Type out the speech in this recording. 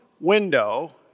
window